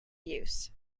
use